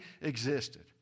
existed